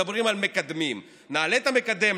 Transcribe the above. מדברים על מקדמים: נעלה את המקדם,